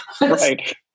Right